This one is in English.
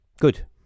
good